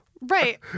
right